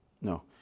no